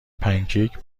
پنکیک